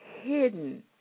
hidden